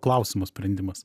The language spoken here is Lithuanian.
klausimo sprendimas